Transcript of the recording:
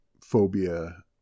phobia